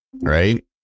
right